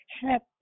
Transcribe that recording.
Happy